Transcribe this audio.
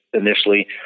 initially